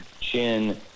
chin